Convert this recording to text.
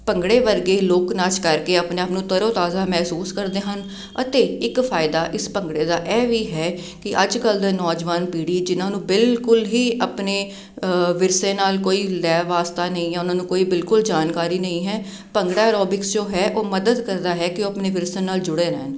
ਭੰਗੜੇ ਵਰਗੇ ਲੋਕ ਨਾਚ ਕਰਕੇ ਆਪਣੇ ਆਪ ਨੂੰ ਤਰੋਤਾਜ਼ਾ ਮਹਿਸੂਸ ਕਰਦੇ ਹਨ ਅਤੇ ਇੱਕ ਫਾਇਦਾ ਇਸ ਭੰਗੜੇ ਦਾ ਇਹ ਵੀ ਹੈ ਕਿ ਅੱਜ ਕੱਲ੍ਹ ਦਾ ਨੌਜਵਾਨ ਪੀੜ੍ਹੀ ਜਿਨ੍ਹਾਂ ਨੂੰ ਬਿਲਕੁਲ ਹੀ ਆਪਣੇ ਵਿਰਸੇ ਨਾਲ ਕੋਈ ਲੈਅ ਵਾਸਤਾ ਨਹੀਂ ਉਨ੍ਹਾਂ ਨੂੰ ਕੋਈ ਬਿਲਕੁਲ ਜਾਣਕਾਰੀ ਨਹੀਂ ਹੈ ਭੰਗੜਾ ਐਰੋਬਿਕਸ ਜੋ ਹੈ ਉਹ ਮਦਦ ਕਰਦਾ ਹੈ ਕਿ ਉਹ ਆਪਣੇ ਵਿਰਸੇ ਨਾਲ ਜੁੜੇ ਰਹਿਣ